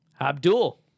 Abdul